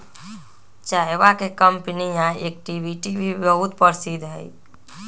चयवा के कंपनीया एक्टिविटी भी बहुत प्रसिद्ध हई